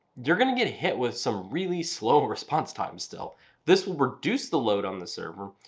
you're going to get hit with some really slow response times. still this will reduce the load on the server,